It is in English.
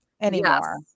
anymore